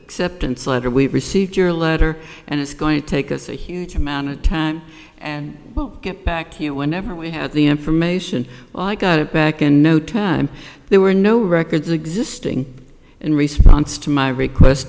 acceptance letter we've received your letter and it's going to take us a huge amount of time and we'll get back to you whenever we have the information i got it back in no time there were no records existing in response to my request